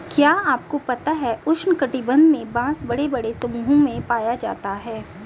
क्या आपको पता है उष्ण कटिबंध में बाँस बड़े बड़े समूहों में पाया जाता है?